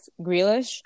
Grealish